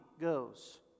goes